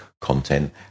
content